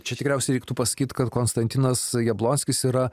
čia tikriausiai reiktų pasakyt kad konstantinas jablonskis yra